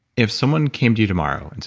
if someone came to you tomorrow, and